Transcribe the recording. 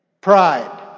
pride